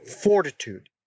fortitude